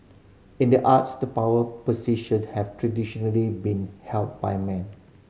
in the arts the power position have traditionally been held by men